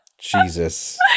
Jesus